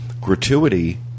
Gratuity